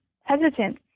hesitant